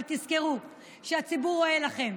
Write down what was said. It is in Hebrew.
אבל תזכרו שהציבור רואה לכם,